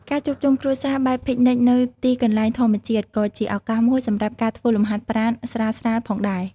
ការជួបជុំគ្រួសារបែបពិកនិចនៅទីកន្លែងធម្មជាតិក៏ជាឱកាសមួយសម្រាប់ការធ្វើលំហាត់ប្រាណស្រាលៗផងដែរ។